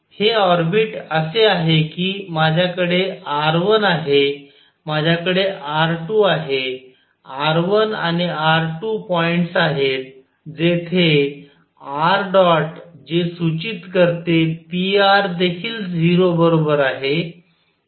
हे ऑर्बिट असे आहे की माझ्याकडे r1 आहे माझ्याकडे r2 आहे r1 आणि r2 पॉईंट्स आहेत जेथे r ̇ जे सूचित करते pr देखील 0 बरोबर आहे